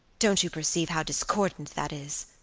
don't you perceive how discordant that is?